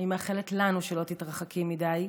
אני מאחלת לנו שלא תתרחקי מדי.